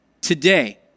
Today